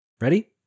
Ready